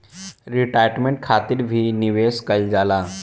retirement खातिर भी निवेश कईल जाला